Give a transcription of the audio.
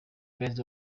based